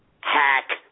Hack